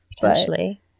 potentially